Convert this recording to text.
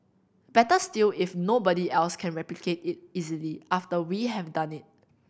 better still if nobody else can replicate it easily after we have done it